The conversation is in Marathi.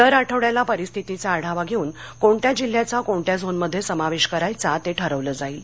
दर आठवड्याला परिस्थितीचा आढावा घेऊन कोणत्या जिल्ह्याचा कोणत्या झोन मध्ये समावेश करायचा ते ठरवलं जाईल